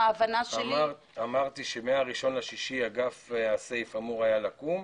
אמרתי שב-1.6 אגף הסייף היה אמור לקום,